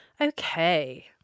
okay